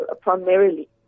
primarily